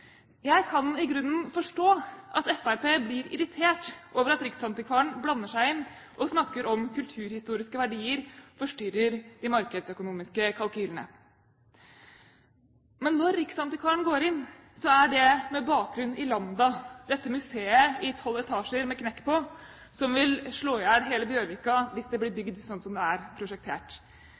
Jeg kan i grunnen forstå at Fremskrittspartiet blir irritert over at riksantikvaren blander seg inn og snakker om at kulturhistoriske verdier forstyrrer de markedsøkonomiske kalkylene. Men når riksantikvaren går inn, er det med bakgrunn i Lambda – dette museet i tolv etasjer med knekk på som vil slå i hjel hele Bjørvika hvis det blir bygd slik som det er prosjektert.